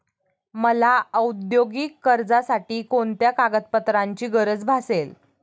मला औद्योगिक कर्जासाठी कोणत्या कागदपत्रांची गरज भासेल?